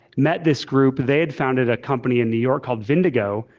met this group, they had founded a company in new york called vindigo,